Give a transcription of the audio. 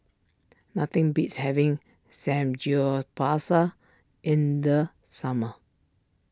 nothing beats having Samgyeopsal in the summer